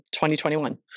2021